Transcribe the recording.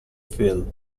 phil